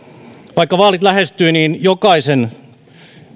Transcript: vaikka vaalit lähestyvät niin jokaisen